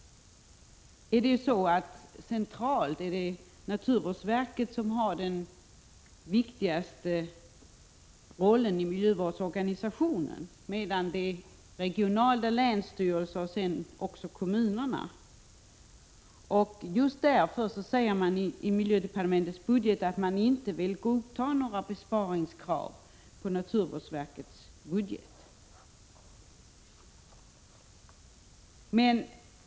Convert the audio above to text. Centralt är det naturvårdsverket som har den viktigaste rollen i miljövårdsorganisationen, medan regionalt länsstyrelser och kommuner har ansvaret. Därför säger man i miljödepartementets budget att man inte vill godta några besparingskrav på naturvårdsverkets budget.